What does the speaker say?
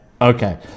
okay